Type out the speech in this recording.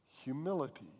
humility